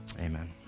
Amen